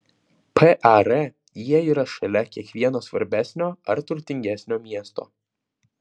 par jie yra šalia kiekvieno svarbesnio ar turtingesnio miesto